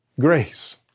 grace